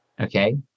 okay